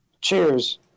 cheers